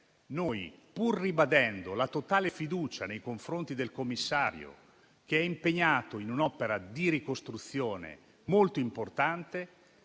pur ribadendo la totale fiducia nei confronti del commissario, che è impegnato in un'opera di ricostruzione molto importante,